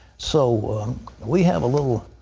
so we have a little